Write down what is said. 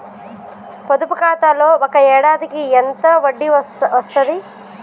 పొదుపు ఖాతాలో ఒక ఏడాదికి ఎంత వడ్డీ వస్తది?